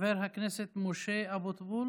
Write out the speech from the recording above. חבר הכנסת משה אבוטבול